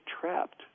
trapped